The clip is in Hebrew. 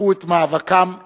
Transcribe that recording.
הפכו את מאבקם לסמל.